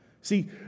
See